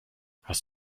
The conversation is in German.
hast